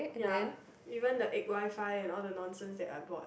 ya even the egg Wi-Fi and all the nonsense that I bought